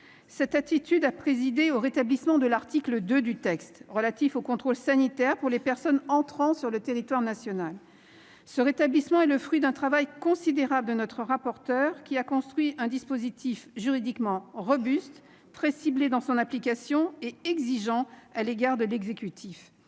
telle attitude a présidé au rétablissement de l'article 2, relatif au contrôle sanitaire pour les personnes entrant sur le territoire national. Ce rétablissement est le fruit d'un travail considérable de notre rapporteur, qui a construit un dispositif juridiquement robuste, très ciblé dans son application et exigeant à l'égard de l'exécutif.